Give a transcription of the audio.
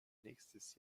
nächstes